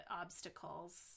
obstacles